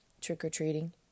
trick-or-treating